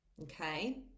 okay